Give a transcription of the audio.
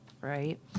right